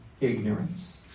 ignorance